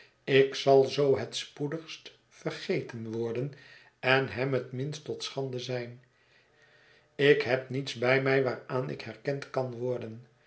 ik zal zoo het spoedigst vergeten worden en hem het minst tot schande zijn ik heb niets bij mij waaraan ik herkend kan worden